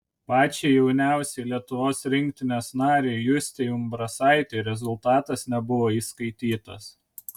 pačiai jauniausiai lietuvos rinktinės narei justei umbrasaitei rezultatas nebuvo įskaitytas